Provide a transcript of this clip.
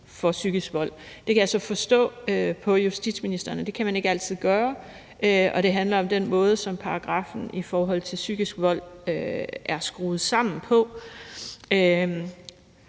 for psykisk vold. Det kan jeg så forstå på justitsministeren man ikke altid kan gøre, og at det handler om den måde, som paragraffen i forhold til psykisk vold er skruet sammen på.